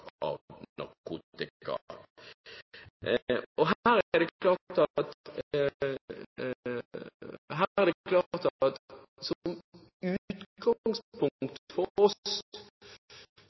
av narkotika.» Det er klart at utgangspunktet for oss